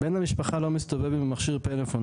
בן המשפחה לא מסתובב עם מכשיר הפלאפון